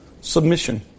submission